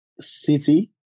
city